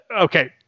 okay